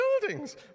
buildings